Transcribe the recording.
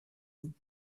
του